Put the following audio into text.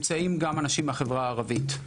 נמצאים גם אנשים מהחברה הערבית.